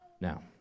Now